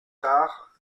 tard